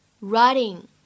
writing